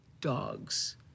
dogs